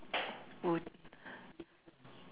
would